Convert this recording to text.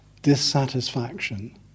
Dissatisfaction